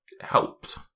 helped